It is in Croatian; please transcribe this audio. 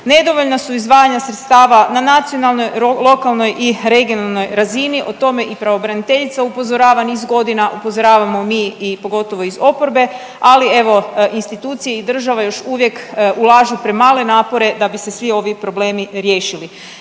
Nedovoljna su izdvajanja sredstava na nacionalnoj, lokalnoj i regionalnoj razini, o tome i pravobraniteljica upozorava niz godina, upozoravamo mi i pogotovo iz oporbe, ali evo institucije i država još uvijek ulažu premale napore da bi se svi ovi problemi riješili.